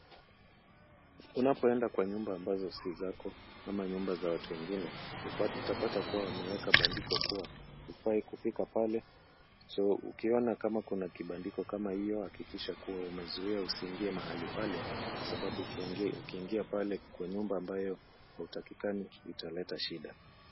Unapoenda kwa nyumba ambazo si zako ama nyumba za watu wengine utapata kuwa wameweka bandiko kuwa hufai kufika pale so ukiona kuwa kuna kibandiko kama hiyo hakikisha kuwa umezuia usiingie mahali pale kwa sababu ukiingia pale kwa nyumba ambayo hautakikani italeta shida.